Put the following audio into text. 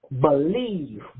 believe